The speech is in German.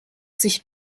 sich